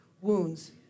wounds